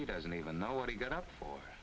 he doesn't even know what he got up